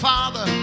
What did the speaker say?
Father